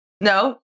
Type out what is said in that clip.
No